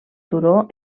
turó